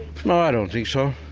no, i don't think so.